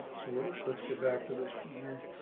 so like let's get back to this one here,